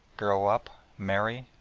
grow up, marry,